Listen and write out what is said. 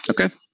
Okay